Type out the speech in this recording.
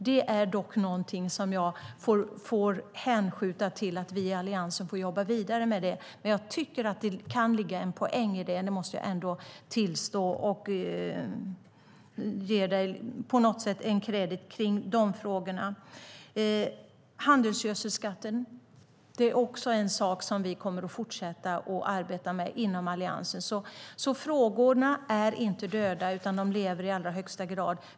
Det är dock någonting jag får hänskjuta till att vi i Alliansen får jobba vidare med detta, men jag tycker att det kan ligga en poäng i det. Det måste jag ändå tillstå och på något sätt ge dig kredit för kring dessa frågor. När det gäller handelsgödselskatten är det också en sak vi kommer att fortsätta att arbeta med inom Alliansen. Frågorna är alltså inte döda, utan de lever i allra högsta grad.